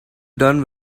done